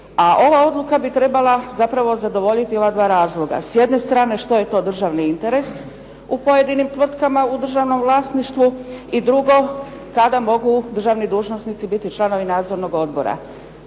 a ova odluka bi trebala zadovoljiti ova dva razloga, s jedne strane što je to državni interes u pojedinim tvrtkama u državnom vlasništvu i drugo kada mogu državni dužnosnici biti članovi nadzornog odbora.